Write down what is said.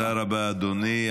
תודה רבה, אדוני.